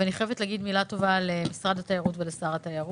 ואני חייבת להגיד מילה טובה למשרד התיירות ולשר התיירות.